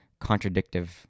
contradictive